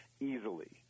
easily